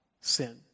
sin